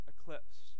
eclipsed